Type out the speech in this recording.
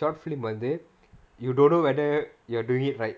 short film வந்து:vanthu you don't know whether you're doing it right